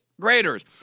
graders